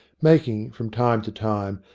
making, from time to time,